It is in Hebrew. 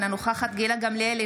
אינה נוכחת גילה גמליאל,